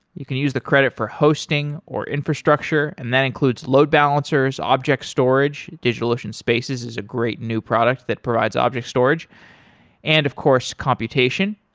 you can use the credit for hosting or infrastructure and that includes load balancers, object storage. digitalocean spaces is a great new product that provides object storage and, of course, computation.